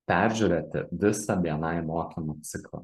peržiūrėti visą bni mokymų ciklą